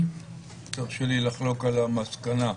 תרשה לי לחלוק על המסקנה,